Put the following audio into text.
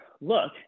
look